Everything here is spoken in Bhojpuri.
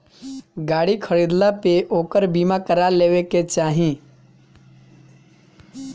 गाड़ी खरीदला पे ओकर बीमा करा लेवे के चाही